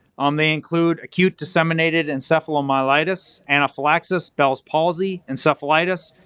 um they include acute disseminated encephalomyelitis, anaphylaxis, bell's palsy, encephalitis,